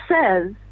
says